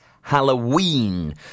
halloween